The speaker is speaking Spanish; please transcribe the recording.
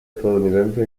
estadounidense